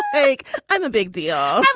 egg i'm a big deal.